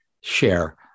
share